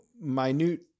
minute